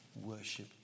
worship